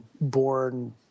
born